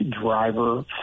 driver